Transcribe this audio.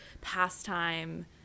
pastime